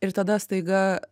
ir tada staiga